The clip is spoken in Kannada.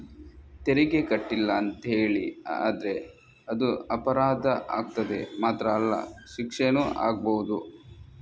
ತೆರಿಗೆ ಕಟ್ಲಿಲ್ಲ ಅಂತೇಳಿ ಆದ್ರೆ ಅದು ಅಪರಾಧ ಆಗ್ತದೆ ಮಾತ್ರ ಅಲ್ಲ ಶಿಕ್ಷೆನೂ ಆಗ್ಬಹುದು